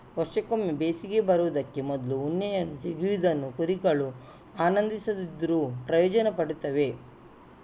ವರ್ಷಕ್ಕೊಮ್ಮೆ ಬೇಸಿಗೆ ಬರುದಕ್ಕೆ ಮೊದ್ಲು ಉಣ್ಣೆಯನ್ನ ತೆಗೆಯುವುದನ್ನ ಕುರಿಗಳು ಆನಂದಿಸದಿದ್ರೂ ಪ್ರಯೋಜನ ಪಡೀತವೆ